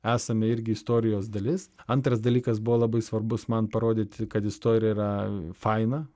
esame irgi istorijos dalis antras dalykas buvo labai svarbus man parodyti kad istorija yra faina